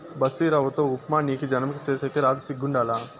బన్సీరవ్వతో ఉప్మా నీకీ జన్మకి సేసేకి రాదు సిగ్గుండాల